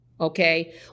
okay